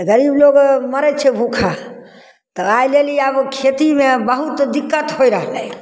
तऽ गरीब लोक मरै छै भूखा तऽ एहि लेल ई आब खेतीमे बहुत दिक्कत होइ रहलै